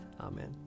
Amen